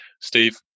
Steve